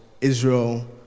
Israel